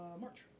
March